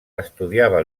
estudiava